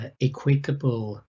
equitable